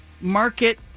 market